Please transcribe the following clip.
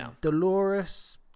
Dolores